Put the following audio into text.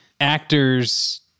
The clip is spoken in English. actors